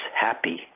happy